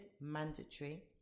mandatory